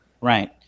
Right